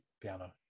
piano